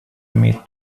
имеет